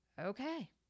Okay